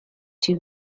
two